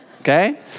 okay